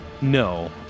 No